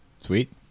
Sweet